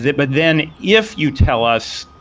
but then if you tell us,